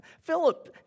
Philip